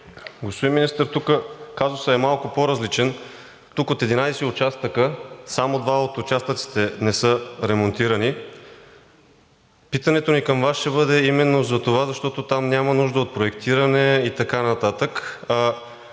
Господин Министър, тук казусът е малко по-различен, тук от 11 участъка само два от участъците не са ремонтирани. Питането ни към Вас ще бъде именно за това, защото там няма нужда от проектиране и така нататък.